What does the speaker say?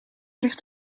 ligt